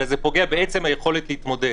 אלא זה פוגע בעצם היכולת להתמודד.